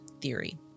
theory